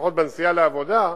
לפחות בנסיעה לעבודה,